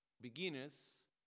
beginners